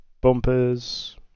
bumpers